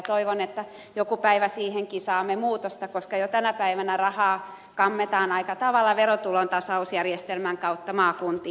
toivon että jonain päivänä siihenkin saamme muutosta koska jo tänä päivänä rahaa kammetaan aika tavalla verotulontasausjärjestelmän kautta maakuntiin